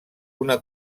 una